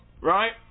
right